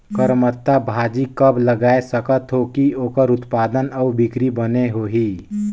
करमत्ता भाजी कब लगाय सकत हो कि ओकर उत्पादन अउ बिक्री बने होही?